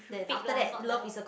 to fade lah not die off